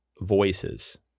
Voices